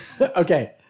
Okay